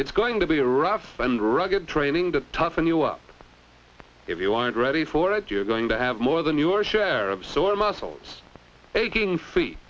it's going to be rough and rugged training to toughen you up if you aren't ready for it you're going to have more than your share of sore muscles aching feet